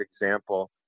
example